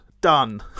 Done